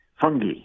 fungi